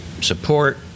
support